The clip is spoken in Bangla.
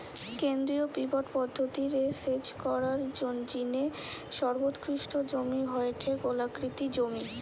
কেন্দ্রীয় পিভট পদ্ধতি রে সেচ করার জিনে সর্বোৎকৃষ্ট জমি হয়ঠে গোলাকৃতি জমি